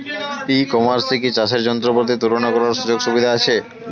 ই কমার্সে কি চাষের যন্ত্রপাতি তুলনা করার সুযোগ সুবিধা আছে?